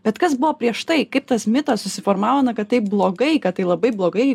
bet kas buvo prieš tai kaip tas mitas susiformavo na kad taip blogai kad tai labai blogai